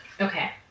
Okay